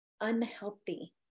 unhealthy